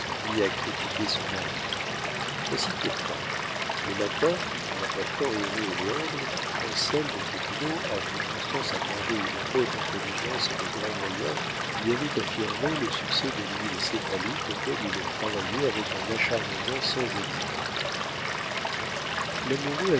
ni à critiquer son mari voici pourquoi le matin en apportant héro et léandre anselme popinot à qui constance accordait une haute intelligence et de grands moyens lui avait affirmé le succès de l'huile céphalique auquel il travaillait avec un acharnement sans exemple l'amoureux